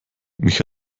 mich